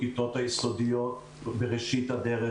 יגידו כיתות היסודיות בראשית הדרך,